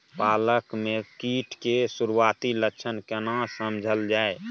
पालक में कीट के सुरआती लक्षण केना समझल जाय?